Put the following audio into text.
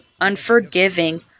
unforgiving